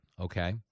okay